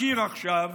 אזכיר עכשיו